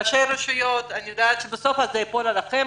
ראשי רשויות, אני יודעת שבסוף זה ייפול עליכם.